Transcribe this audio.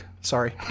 Sorry